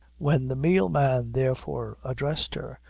when the meal-man, therefore, addressed her,